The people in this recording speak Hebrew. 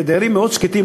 כי הדיירים מאוד שקטים,